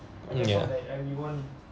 mm ya